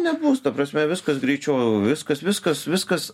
nebus ta prasme viskas greičiau viskas viskas viskas